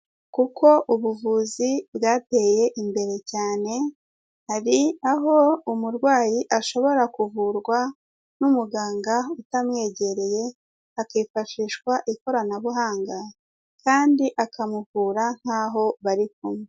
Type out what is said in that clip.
Kuko ubuvuzi bwateye imbere cyane, hari aho umurwayi ashobora kuvurwa n'umuganga utamwegereye hakifashishwa ikoranabuhanga, kandi akamuvura nk'aho bari kumwe.